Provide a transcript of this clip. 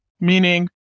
Meaning